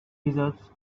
lizards